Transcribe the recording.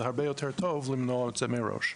זה הרבה יותר טוב למנוע את זה מראש.